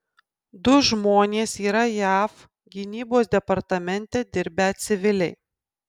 du žmonės yra jav gynybos departamente dirbę civiliai